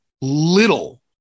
little